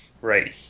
Right